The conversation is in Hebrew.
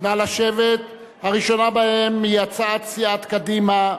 היא הצעת סיעת קדימה,